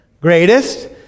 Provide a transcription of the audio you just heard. greatest